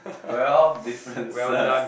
twelve differences